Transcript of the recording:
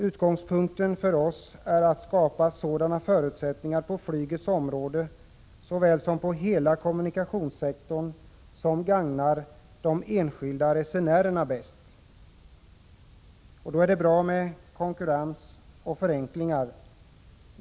Utgångspunkten för oss är att skapa sådana förutsättningar på flygets område såväl som på hela kommunikationssektorn som gagnar de enskilda resenärerna bäst. Då är det bra med konkurrens och förenklingar.